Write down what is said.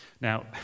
Now